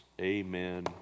amen